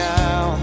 now